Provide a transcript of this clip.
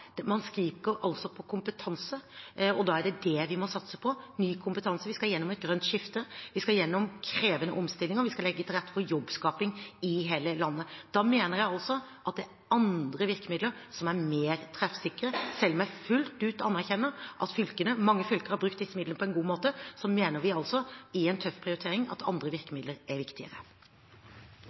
lav. Man skriker altså etter kompetanse, og da er det det vi må satse på – ny kompetanse. Vi skal gjennom et grønt skifte. Vi skal gjennom krevende omstillinger. Vi skal legge til rette for jobbskaping i hele landet. Da mener jeg at det er andre virkemidler som er mer treffsikre. Selv om jeg fullt ut anerkjenner at mange fylker har brukt disse midlene på en god måte, mener vi – i en tøff prioritering – at andre virkemidler er viktigere.